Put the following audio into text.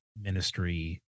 ministry